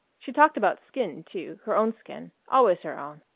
she talked about skin too her own skin. always her own.